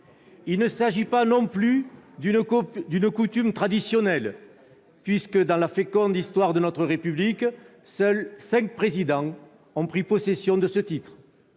Il ne s'agit pas non plus d'une coutume, puisque, dans la féconde histoire de notre république, seuls cinq présidents ont pris possession de ce titre-